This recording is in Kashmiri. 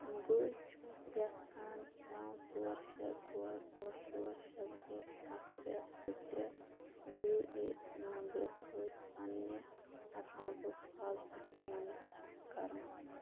بہٕ چھُس یَژھان نَو ژور شےٚ ژور ٲٹھ ژور شےٚ زٕ اَکھ ترٛےٚ زٕ ترٛےٚ یوٗ اےٚ این نمبرٕ سۭتۍ پنٕنہِ اَکاؤنٹُک پاس بُک بیلینس چیک کَرُن